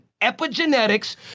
epigenetics